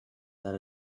that